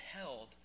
held